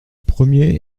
premier